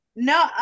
No